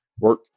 Work